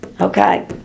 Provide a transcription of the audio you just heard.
Okay